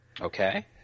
Okay